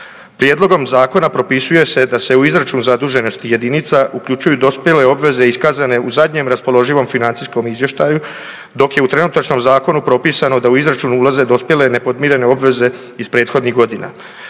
Prijedlogom zakona propisuje se da se u izračunu zaduženosti jedinica uključuju dospjele obveze iskazane u zadnjem raspoloživom financijskom izvještaju dok je u trenutačnom zakonu propisano da u izračunu ulaze dospjele nepodmirene obveze iz prethodnih godina.